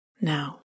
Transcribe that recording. Now